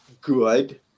good